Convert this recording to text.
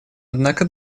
однако